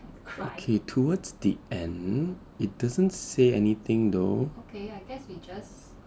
okay towards end it doesn't say anything though